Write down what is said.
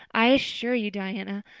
i assure you, diana,